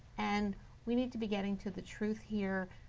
and we need to be getting to the truth here.